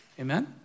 Amen